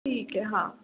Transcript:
ठीक है हाँ